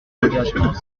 engagement